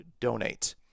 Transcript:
donate